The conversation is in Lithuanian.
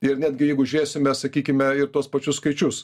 ir netgi jeigu žiūrėsime sakykime ir tuos pačius skaičius